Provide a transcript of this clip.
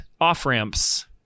off-ramps